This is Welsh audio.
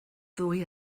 ddwy